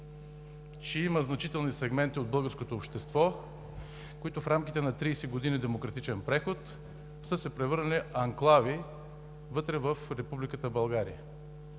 че има значителни сегменти от българското общество, които в рамките на 30 години демократичен преход са се превърнали в анклави вътре в републиката България.